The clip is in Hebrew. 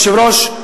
אדוני היושב-ראש,